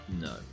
No